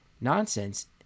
nonsense